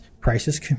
prices